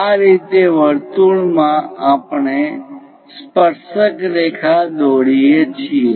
આ રીતે વર્તુળમાં આપણે સ્પર્શક રેખા દોરીએ છીએ